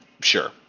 sure